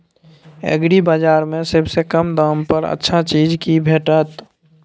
एग्रीबाजार में सबसे कम दाम में अच्छा चीज की भेटत?